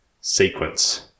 sequence